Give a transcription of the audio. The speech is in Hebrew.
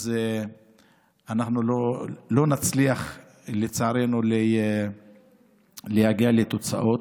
אז אנחנו לא נצליח לצערנו להגיע לתוצאות.